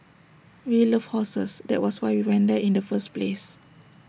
we love horses that was why we went there in the first place